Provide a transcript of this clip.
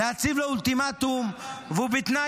להציב לו אולטימטום -- נעלבת?